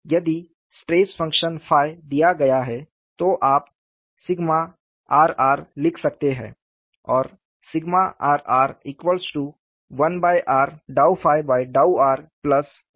यदि stress function ɸ दिया गया है तो आप rr लिख सकते हैं